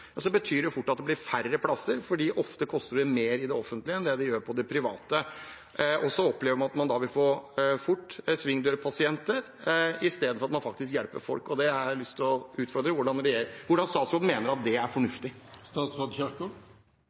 betyr det fort at det blir færre plasser, fordi det ofte koster mer i det offentlige enn i de private. Da opplever man at man fort vil få svingdørpasienter istedenfor at man faktisk hjelper folk, og det har jeg lyst til å utfordre statsråden på, hvordan hun mener at det er